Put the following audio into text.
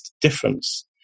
difference